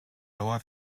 lower